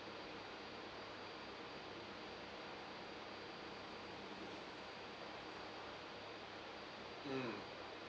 hmm